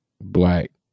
black